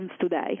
today